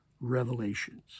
revelations